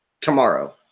tomorrow